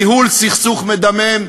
ניהול סכסוך מדמם,